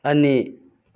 ꯑꯅꯤ